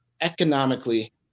economically